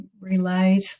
relayed